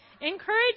encourage